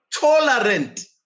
tolerant